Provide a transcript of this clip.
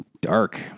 dark